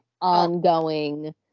ongoing